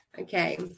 okay